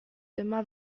dyma